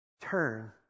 Turn